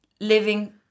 living